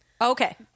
okay